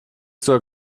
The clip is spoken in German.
sogar